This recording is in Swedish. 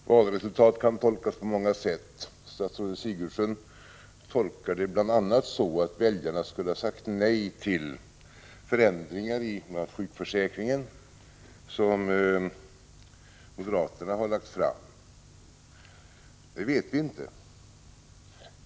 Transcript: Fru talman! Valresultat kan tolkas på många sätt. Statsrådet Sigurdsen tolkar det bl.a. så, att väljarna skulle ha sagt nej till förändringar inom sjukförsäkringen som moderaterna har föreslagit. Det vet vi inte.